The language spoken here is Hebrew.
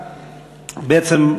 בעצם,